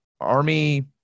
Army